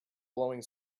blowing